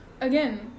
Again